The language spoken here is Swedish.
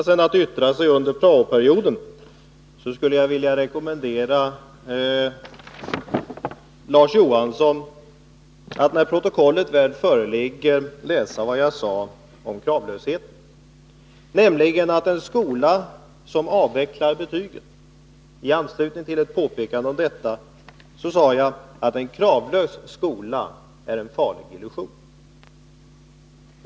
Herr talman! Om det må tillåtas mig att yttra mig under prao-perioden vill jag rekommendera Larz Johansson att när protokollet föreligger läsa vad jag sade om kravlösheten. Jag talade om avvecklingen av betygen och sade i anslutning till detta att en kravlös skola är en farlig illusion.